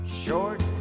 Short